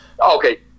Okay